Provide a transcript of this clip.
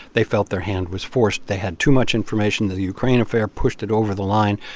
they felt their hand was forced. they had too much information. the ukraine affair pushed it over the line,